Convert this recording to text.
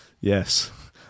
yes